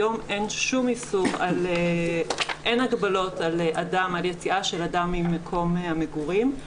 היום אין שום הגבלות על יציאה של אדם ממקום המגורים.